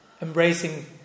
embracing